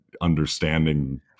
understanding